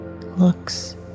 looks